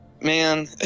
man